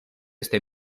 este